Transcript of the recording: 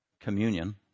communion